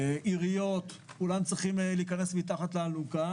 עיריות כולם צריכים להיכנס מתחת לאלונקה